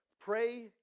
Pray